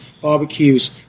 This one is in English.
barbecues